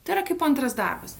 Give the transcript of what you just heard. tai yra kaip antras darbas